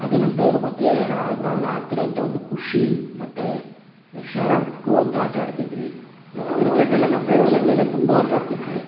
ಅದು ನಂತ ಅದರ ಬಗ್ಗೆ ಆದ್ರ್ ಅಲ್ಲಾಗ್ತಿರೊವಂಥ ಒಂದು ಖುಷಿ ಮತ್ತು ಶರಬ್ ಕೋ ಅಂತ ಆಟ ಆಡ್ತಿದ್ವಿ ಮತ್ತು ಕ್ರಿಕೆಟ್ ಎಲ್ಲ ನಮ್ಮ ಫ್ರೆಂಡ್ಸ್ ಜೊತೆ ಎಲ್ಲ ತುಂಬ ಆಟಾಡ್ತಿದ್ವಿ